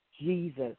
Jesus